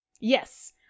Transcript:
Yes